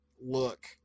look